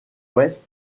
ouest